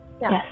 Yes